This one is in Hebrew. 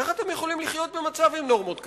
איך אתם יכולים לחיות עם נורמות כאלה?